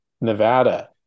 Nevada